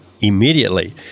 immediately